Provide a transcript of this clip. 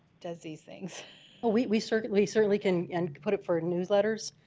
does these things well we certainly certainly can and put it for newsletters?